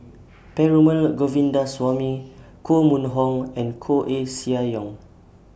Perumal Govindaswamy Koh Mun Hong and Koeh Sia Yong